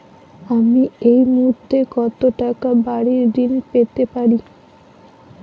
আমি এই মুহূর্তে কত টাকা বাড়ীর ঋণ পেতে পারি?